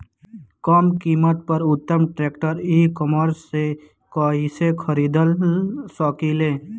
कम कीमत पर उत्तम ट्रैक्टर ई कॉमर्स से कइसे खरीद सकिले?